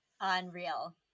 Unreal